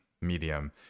medium